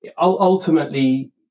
ultimately